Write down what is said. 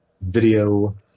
video